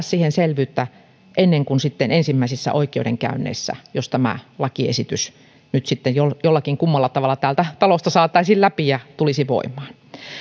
siihen selvyyttä ennen kuin sitten ensimmäisissä oikeudenkäynneissä jos tämä lakiesitys nyt sitten jollakin jollakin kummalla tavalla täältä talosta saataisiin läpi ja tulisi voimaan